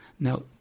Now